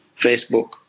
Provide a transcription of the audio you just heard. Facebook